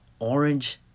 orange